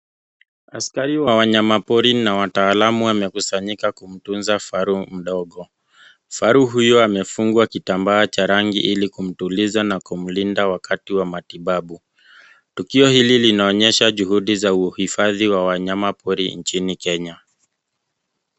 Askari wa wanyama pori na wataalamu wamekusanyika kumtunza kifaru mdogo. Kifaru huyo amefungwa kitambaa cha rangi ili kumtuliza na kumlinda wakati wa matibabu. Tukio hili linaonyesha juhudi za uhifadhi wa wanyama pori nchini Kenya.